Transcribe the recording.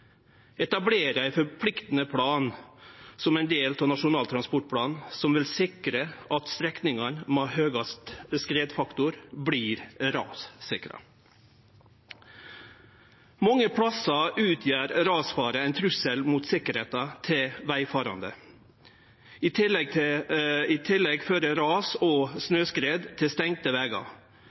etablere ein forpliktande plan som ein del av Nasjonal transportplan, som vil sikre at strekningane med høgast skredfaktor vert rassikra. Mange plassar utgjer rasfare ein trussel mot sikkerheita til vegfarande. I tillegg fører ras og snøskred til stengde vegar, noko som gjer det lite føreseieleg for næringsliv og